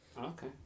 Okay